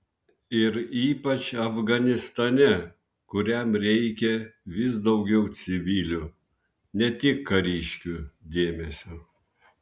ir ypač afganistane kuriam reikia vis daugiau civilių ne tik kariškių dėmesio